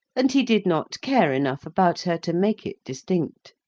and he did not care enough about her to make it distinct.